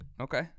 Okay